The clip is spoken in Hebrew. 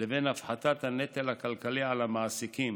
לבין הפחתת הנטל הכלכלי על המעסיקים,